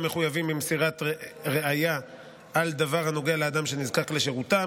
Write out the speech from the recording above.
מחויבים במסירת ראיה על דבר הנוגע לאדם שנזקק לשירותם,